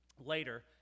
later